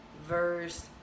verse